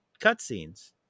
cutscenes